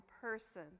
person